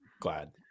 glad